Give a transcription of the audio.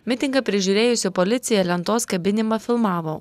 mitingą prižiūrėjusi policija lentos kabinimą filmavo